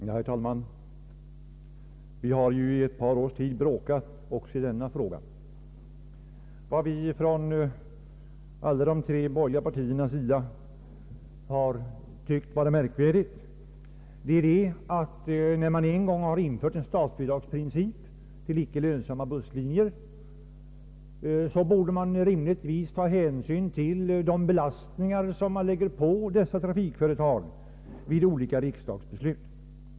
Herr talman! Vi har i ett par års tid bråkat också i denna fråga. Vad vi från de tre borgerliga partierna har tyckt vara märkvärdigt är att man, när man nu en gång har infört en statsbidragsprincip till icke lönsamma busslinjer, inte tar hänsyn till de belastningar man lägger på olika trafikföretag genom riksdagsbeslut.